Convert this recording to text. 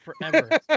forever